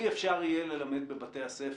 אם אפשר יהיה ללמד בבתי הספר,